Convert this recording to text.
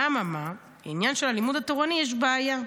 אממה, בעניין של הלימוד התורני יש בעיה,